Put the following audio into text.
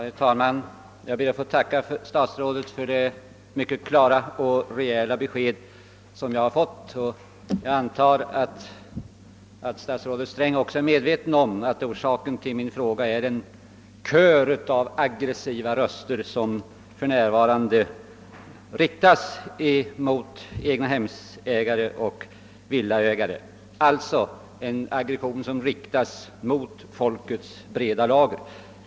Herr talman! Jag ber att få tacka statsrådet för det mycket klara och rejäla besked som jag har fått. Jag antar att statsrådet Sträng också är medveten om att orsaken till min fråga är den kör av aggressiva röster som för närvarande riktas mot egnahemsoch villa ägare, en aggression mot folkets breda lager.